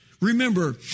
Remember